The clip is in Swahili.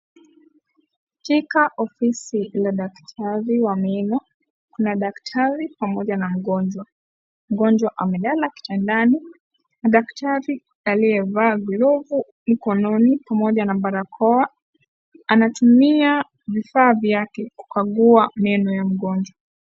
Katika ofisi wa daktari wa meno , kuna daktari pamoja na mgonjwa. Mgonjwa amelala kitandani na daktari aliyevaa glovu mikononi pamoja na barakoa, anatumia vifaa vyake kukagua meno ya mgonjwa.